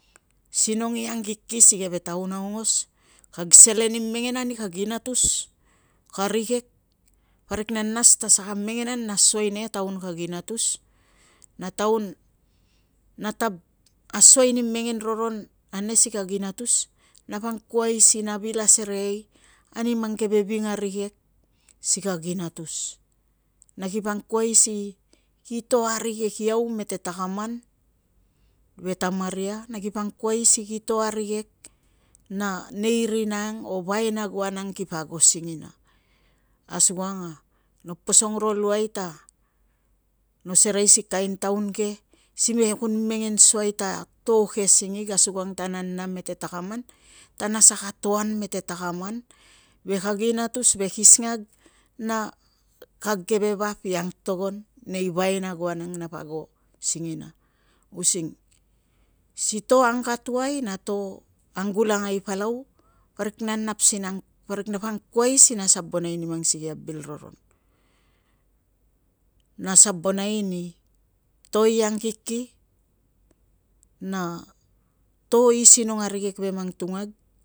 Sinong i angkiki si keve taun aungos, kag selen i mengen ani kag inatus ka rikek, parak na nas ta saka mengen an na asuai ni taun kag inatus, na taun no tav asuai ni mengen roron ane si kag inatus nap angkuai si naka vila asereai ni mang keve vinga rikek si kag inatus. Na kipa angkuai si ki to arikek iau mete takaman ve tamaria na kipa angkuai si ki arikek na nei rina ang o vainagoan ang kipa ago singina. Asukang a no posong ro luai ta no serei si kain taun ke sime kun mengen suai ta to ke singig asukang ta nana mete takaman ta na saka to an mete takaman ve kag inatus, ve kisingag na kag keve vap i angtogon nei vainagoan ang napa ago singina. Using si to angatuai na to anggulangai palau parik na angkuai si na sabonai ni mang sikei a bil roron. Na sabonai ni to i ang kiki, na to i sinong arikek ve mang tungag